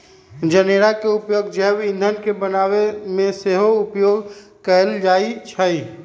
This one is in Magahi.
जनेरा के उपयोग जैव ईंधन के बनाबे में सेहो उपयोग कएल जाइ छइ